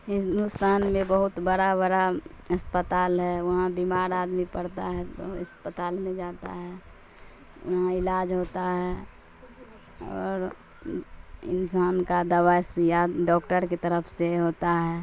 ہندوستان میں بہت بڑا بڑا اسپتال ہے وہاں بیمار آدمی پڑتا ہے تو اسپتال میں جاتا ہے وہاں علاج ہوتا ہے اور انسان کا دوا سوئی آدھ ڈاکٹر کی طرف سے ہوتا ہے